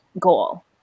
goal